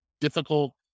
difficult